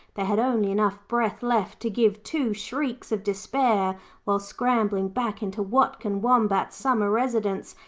they had only enough breath left to give two shrieks of despair while scrambling back into watkin wombat's summer residence,